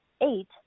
eight